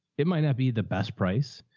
it might not be the best price,